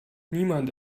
niemand